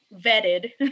vetted